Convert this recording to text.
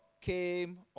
came